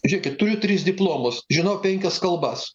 žiūrėkit turiu tris diplomus žinau penkias kalbas